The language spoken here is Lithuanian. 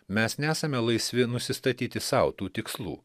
mes nesame laisvi nusistatyti sau tų tikslų